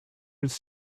was